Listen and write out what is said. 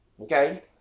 Okay